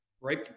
right